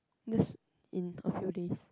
this in a few days